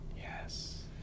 Yes